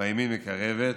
והימין מקרבת,